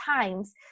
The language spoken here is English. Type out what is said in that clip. times